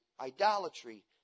idolatry